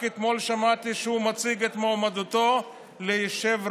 רק אתמול שמעתי שהוא מציג את מועמדתו ליושב-ראש